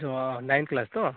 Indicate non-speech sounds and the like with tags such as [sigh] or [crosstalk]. [unintelligible] ନାଇଁନ କ୍ଲାସ୍ ତ